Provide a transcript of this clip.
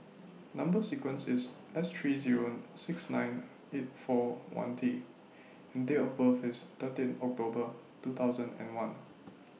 Number sequence IS S three Zero six nine eight four one T and Date of birth IS thirteen October two thousand and one